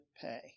pay